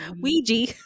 Ouija